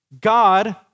God